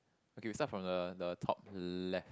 okay start from the the top left